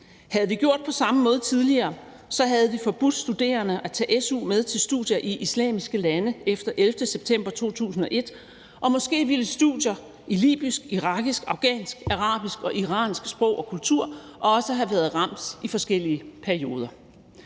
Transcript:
Havde vi gjort på samme måde tidligere, havde vi forbudt studerende at tage su med til studier i islamiske lande efter 11. september 2001, og måske ville studier i libysk, irakisk, afghansk, arabisk og iransk sprog og kultur også have været ramt i forskellige perioder.